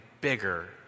bigger